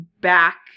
back